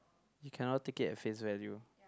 you cannot take it at face value